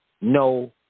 No